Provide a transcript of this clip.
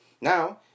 Now